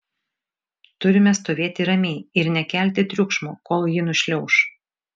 turime stovėti ramiai ir nekelti triukšmo kol ji nušliauš